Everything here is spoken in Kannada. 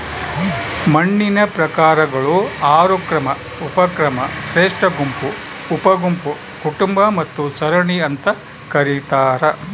ಮಣ್ಣಿನ ಪ್ರಕಾರಗಳು ಆರು ಕ್ರಮ ಉಪಕ್ರಮ ಶ್ರೇಷ್ಠಗುಂಪು ಉಪಗುಂಪು ಕುಟುಂಬ ಮತ್ತು ಸರಣಿ ಅಂತ ಕರೀತಾರ